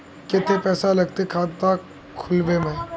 केते पैसा लगते खाता खुलबे में?